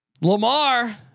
Lamar